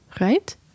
right